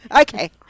Okay